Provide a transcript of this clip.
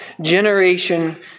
generation